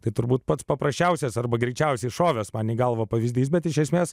tai turbūt pats paprasčiausias arba greičiausiai šovęs man į galvą pavyzdys bet iš esmės